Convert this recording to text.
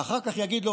ואחר כך יגיד לו,